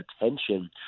attention